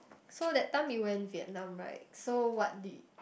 so that time we went Vietnam right so what did